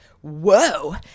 whoa